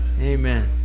Amen